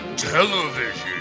television